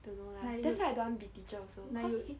don't know lah that's why I don't want to be teacher also cause